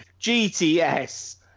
GTS